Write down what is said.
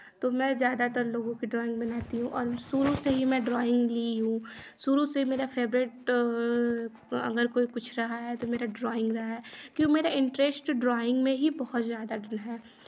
तो मैं ज़्यादातर लोगों के ड्राॅइंग बनाती हूँ और शुरू से ही मैं ड्राॅइंग ली हूँ शुरू से मेरा फेवरेट अगर कोई कुछ रहा है तो मेरा ड्राॅइंग रहा है क्यों मेरा इंटरेस्ट ड्राॅइंग में ही बहुत ज़्यादा है